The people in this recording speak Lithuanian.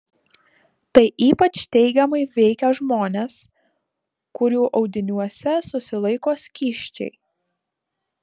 tai ypač teigiamai veikia žmones kurių audiniuose susilaiko skysčiai